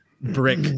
brick